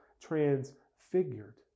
transfigured